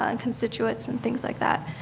um constituents, and things like that.